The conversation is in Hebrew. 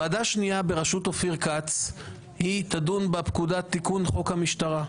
ועדה שנייה בראשות אופיר כץ תדון בפקודת תיקון חוק המשטרה.